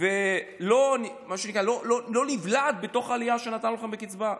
ולא נבלעת בתוך העלייה שנתנו לכם בקצבה?